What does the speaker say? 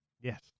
Yes